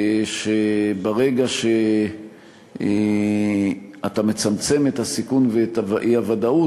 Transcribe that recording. שברגע שאתה מצמצם את הסיכון ואת האי-ודאות,